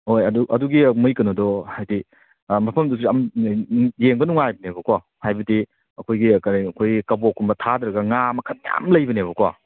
ꯍꯣꯏ ꯑꯗꯨ ꯑꯗꯨꯒꯤ ꯃꯣꯏ ꯀꯩꯅꯣꯗꯣ ꯍꯥꯏꯗꯤ ꯃꯐꯝꯗꯨꯁꯨ ꯌꯥꯝ ꯌꯦꯡꯕ ꯅꯨꯉꯥꯏꯕꯅꯦꯕꯀꯣ ꯍꯥꯏꯕꯗꯤ ꯑꯩꯈꯣꯏꯒꯤ ꯀꯔꯤ ꯑꯩꯈꯣꯏ ꯀꯕꯣꯛꯀꯨꯝꯕ ꯊꯥꯗꯔꯒ ꯉꯥ ꯃꯈꯟ ꯃꯌꯥꯝ ꯂꯩꯕꯅꯦꯕꯀꯣ